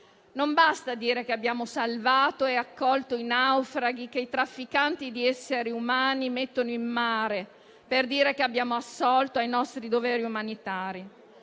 non basta dire che abbiamo salvato e accolto i naufraghi che i trafficanti di esseri umani mettono in mare, per dire che abbiamo assolto ai nostri doveri umanitari.